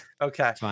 okay